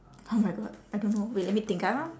oh my god I don't know wait let me think ah